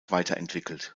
weiterentwickelt